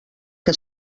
que